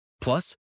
Plus